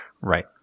Right